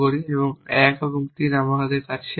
1 এবং 3 আমার কাছে আছে